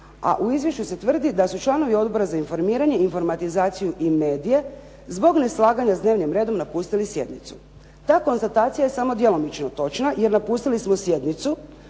a u izvješću se tvrdi da su članovi Odbora za informiranje, informatizaciju i medije zbog neslaganja s dnevnim redom napustili sjednicu. Ta konstatacija je samo djelomično točna, jer napustili smo sjednicu